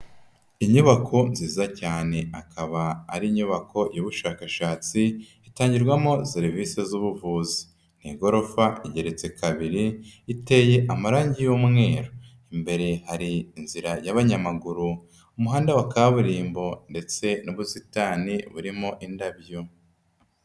Inyubako nziza cyane. Akaba ari inyubako y'ubushakashatsi ,itangirwamo serivisi z'ubuvuzi. Ni igorofa igereretse kabiri, iteye amarangi y'umweru. Imbere hari inzira y'abanyamaguru, umuhanda wa kaburimbo, ndetse n'ubusitani burimo indabyo.